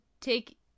take